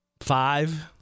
five